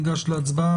ניגש להצעה.